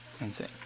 insane